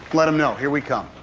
let him know. here we come.